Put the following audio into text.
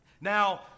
Now